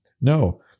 No